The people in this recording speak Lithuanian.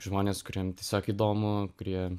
žmonės kuriem tiesiog įdomu kurie